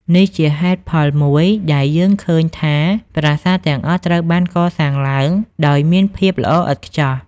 នេះជាហេតុផលមួយដែលយើងឃើញថាប្រាសាទទាំងអស់ត្រូវបានកសាងឡើងដោយមានភាពល្អឥតខ្ចោះ។